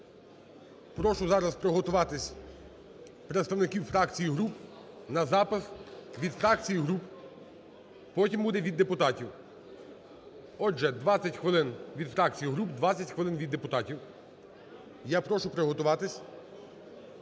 Прошу зараз приготуватись представників фракцій і груп на запис від фракцій і груп, потім буде від депутатів. Отже, 20 хвилин – від фракцій і груп, 20 хвилин – від депутатів. Я прошу приготуватись